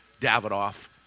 Davidoff